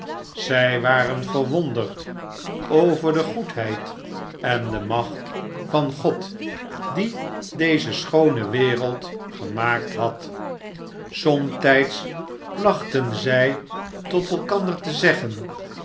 zij waren verwonderd over de goedheid en de macht van god die deze schoone wereld gemaakt had somtyds plachten zy tot elkander te zeggen